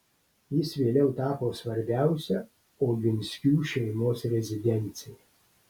jis vėliau tapo svarbiausia oginskių šeimos rezidencija